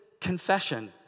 confession